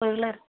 ஒரு கிலோ